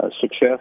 success